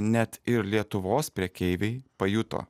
net ir lietuvos prekeiviai pajuto